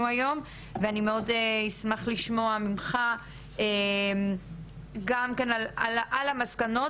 היום ואני ממש אשמח לשמוע ממך גם כן על המסקנות,